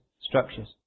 structures